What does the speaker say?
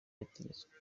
yategetswe